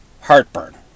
heartburn